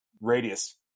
radius